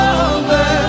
over